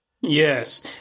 Yes